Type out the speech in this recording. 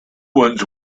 ones